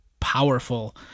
powerful